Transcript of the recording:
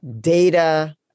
data